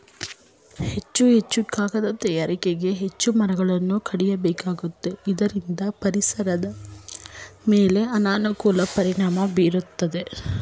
ಹೆಚ್ಚು ಹೆಚ್ಚು ಕಾಗದ ತಯಾರಿಕೆಗೆ ಹೆಚ್ಚು ಮರಗಳನ್ನು ಕಡಿಯಬೇಕಾಗುತ್ತದೆ ಇದರಿಂದ ಪರಿಸರದ ಮೇಲೆ ಅನಾನುಕೂಲ ಪರಿಣಾಮ ಬೀರುತ್ತಿದೆ